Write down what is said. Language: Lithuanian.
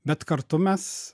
bet kartu mes